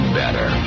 better